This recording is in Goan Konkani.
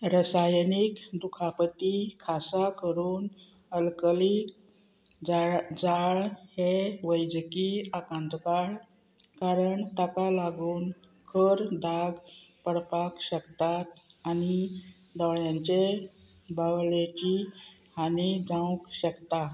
रसायनीक दुखापती खासा करून अल्कली जाळ जाळ हे वैजकी आकांत काळ कारण ताका लागून खर दाग पडपाक शकता आनी दोळ्यांचे बावळेची हानी जावंक शकता